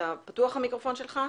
רואי קליגר, מנהל יחידת הפיצו"ח,